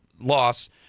loss